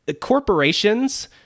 corporations